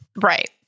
Right